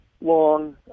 long